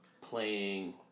playing